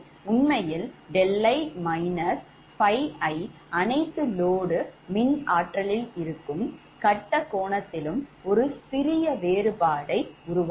உண்மையில் 𝛿𝑖−𝜙𝑖 அனைத்து load மின்ஆற்றலில் இருக்கும் கட்ட கோணத்திலும் ஒரு சிறிய வேறுபாடு இருக்கும்